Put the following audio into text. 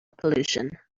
pollution